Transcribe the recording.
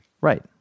right